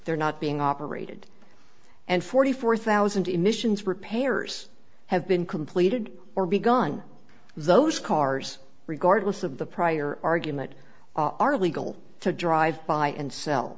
they're not being operated and forty four thousand emissions repairers have been completed or begun those cars regardless of the prior argument are legal to drive buy and sell